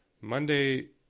Monday